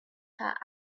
her